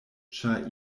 ĉar